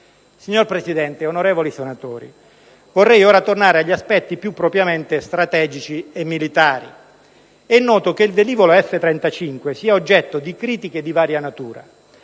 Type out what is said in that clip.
Signor Presidente, onorevoli senatori, vorrei ora tornare agli aspetti più propriamente strategici e militari. È noto che il velivolo F-35 sia oggetto di critiche di varia natura.